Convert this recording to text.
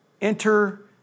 enter